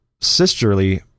sisterly